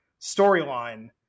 storyline